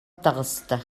таҕыста